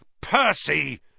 Percy